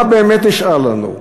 מה באמת נשאר לנו?